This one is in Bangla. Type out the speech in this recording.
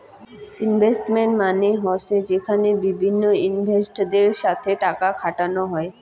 ইনভেস্টমেন্ট ফান্ড মানে হসে যেখানে বিভিন্ন ইনভেস্টরদের সাথে টাকা খাটানো হই